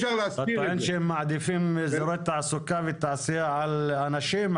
אתה אומר שהם מעדיפים אזורי תעסוקה ותעשייה על אנשים,